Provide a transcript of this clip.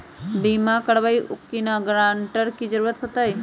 बिमा करबी कैउनो गारंटर की जरूरत होई?